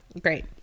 great